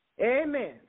Amen